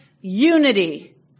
unity